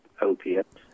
opiates